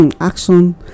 action